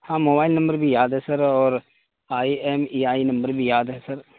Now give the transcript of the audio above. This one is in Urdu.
ہاں موبائل نمبر بھی یاد ہے سر اور آئی ایم ای آئی نمبر بھی یاد ہے سر